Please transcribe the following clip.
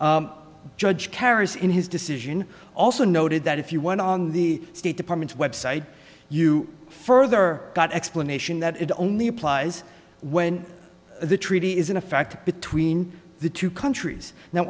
judge caris in his decision also noted that if you want on the state department's website you further explanation that it only applies when the treaty is in effect between the two countries now